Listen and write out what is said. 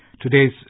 Today's